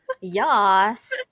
Yes